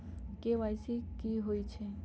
KYC कि होई छई?